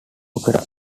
opera